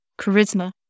charisma